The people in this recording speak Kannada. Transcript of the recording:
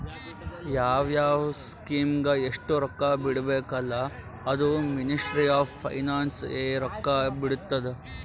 ಯಾವ್ ಯಾವ್ ಸ್ಕೀಮ್ಗ ಎಸ್ಟ್ ರೊಕ್ಕಾ ಬಿಡ್ಬೇಕ ಅಲ್ಲಾ ಅದೂ ಮಿನಿಸ್ಟ್ರಿ ಆಫ್ ಫೈನಾನ್ಸ್ ಎ ರೊಕ್ಕಾ ಬಿಡ್ತುದ್